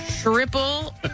Triple